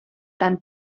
tan